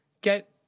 get